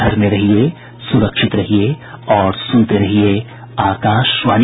घर में रहिये सुरक्षित रहिये और सुनते रहिये आकाशवाणी